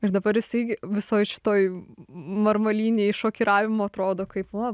ir dabar jisai visoj šitoj marmalynėj šokiravimo atrodo kaip o